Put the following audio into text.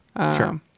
Sure